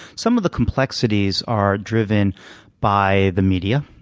some of the complexities are driven by the media.